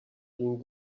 being